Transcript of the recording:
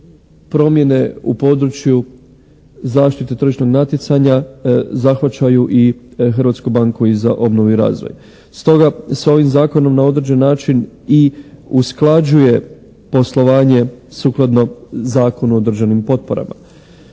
promjene u području zaštite tržišnog natjecanja zahvaćaju i Hrvatsku banku za obnovu i razvoj. Stoga ovim zakonom na određeni način i usklađuje poslovanje sukladno Zakonu o državnim potporama.